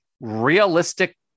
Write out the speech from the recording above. realistic